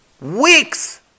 Weeks